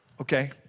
Okay